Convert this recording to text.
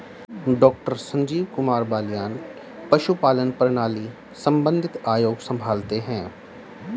doctor Sanjeev Kumar Baliyan पशुपालन प्रणाली संबंधित आयोग संभालते हैं